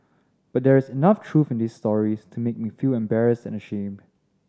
but there is enough truth in these stories to make me feel embarrassed and ashamed